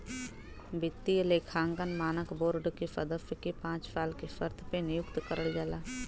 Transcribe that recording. वित्तीय लेखांकन मानक बोर्ड के सदस्य के पांच साल के शर्त पे नियुक्त करल जाला